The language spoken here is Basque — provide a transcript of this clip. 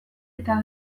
eta